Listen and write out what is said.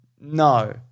No